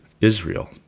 Israel